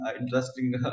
interesting